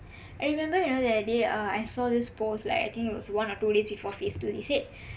and remember the other day I saw this post like I think is one or two days before phase two they said